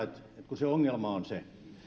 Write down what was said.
että ongelma on se